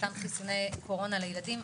מתן חיסוני קורונה לילדים.